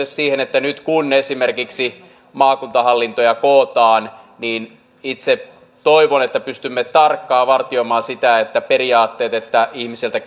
siihen että nyt kun esimerkiksi maakuntahallintoja kootaan niin itse toivon että pystymme tarkkaan vartioimaan sitä että siitä periaatteesta että ihmiseltä